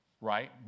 Right